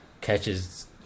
catches